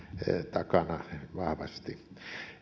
takana vahvasti